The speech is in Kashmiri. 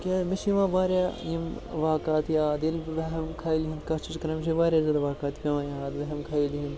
کیٛازِ مےٚ چھِ یِوان واریاہ یِم واقعات یاد ییٚلہِ بہٕ وٮ۪ہَم خیٲلی ہُنٛد کَتھ چھُس کَران مےٚ چھِ واریاہ زیادٕ واقعات پیٚوان یاد وٮ۪ہَم خیٲلی ہِنٛدۍ